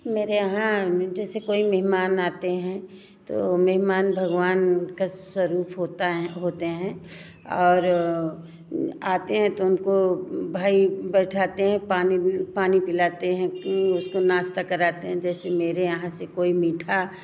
मेरे यहाँ जैसे कोई मेहमान आते हैं तो मेहमान भगवान का स्वरूप होता है होते हैं और आते हैं तो उनको भाई बिठाते हैं पानी पानी पिलाते हैं उसको नाश्ता कराते हैं जैसे मेरे यहाँ से कोई मीठा